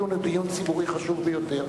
הדיון הוא דיון ציבורי חשוב ביותר.